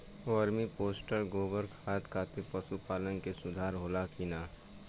Vermi compost गोबर खाद खातिर पशु पालन में सुधार होला कि न?